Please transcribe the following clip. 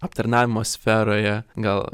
aptarnavimo sferoje gal